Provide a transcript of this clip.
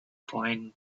point